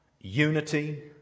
unity